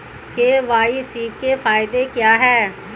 KYC के फायदे क्या है?